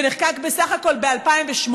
שנחקק בסך הכול ב-2008.